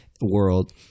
world